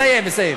מסיים, מסיים.